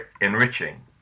enriching